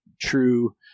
true